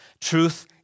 Truth